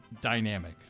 Dynamic